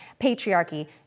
patriarchy